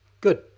Good